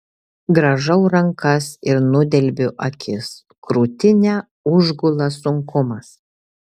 grąžau rankas ir nudelbiu akis krūtinę užgula sunkumas